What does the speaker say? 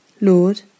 Lord